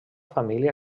família